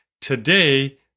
Today